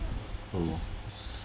oh